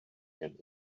and